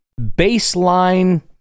baseline